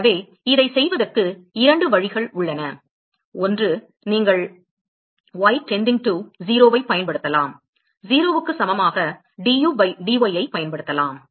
எனவே இதைச் செய்வதற்கு இரண்டு வழிகள் உள்ளன ஒன்று நீங்கள் y டெண்டிங் டூ 0 ஐப் பயன்படுத்தலாம் 0 க்கு சமமாக du பை dy ஐப் பயன்படுத்தலாம்